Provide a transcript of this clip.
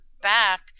back